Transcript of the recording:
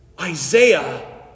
Isaiah